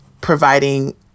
providing